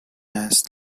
است